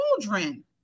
children